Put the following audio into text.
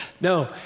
No